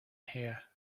here